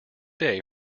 day